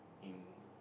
in